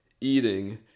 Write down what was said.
eating